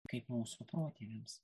kaip mūsų protėviams